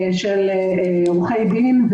של עורכי דין,